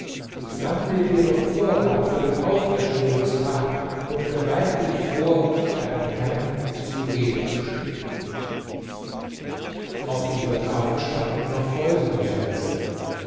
sammle dir doch vorrat für den auferstehungstag und bereite dich vor deinem herrn zu rede zu stehen auf dieser tafel standen noch folgende verse